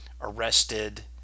arrested